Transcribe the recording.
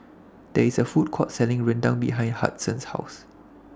There IS A Food Court Selling Rendang behind Hudson's House